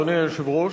אדוני היושב-ראש,